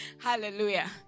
Hallelujah